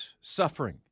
suffering